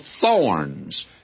thorns